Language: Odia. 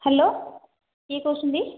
ହ୍ୟାଲୋ କିଏ କହୁଛନ୍ତି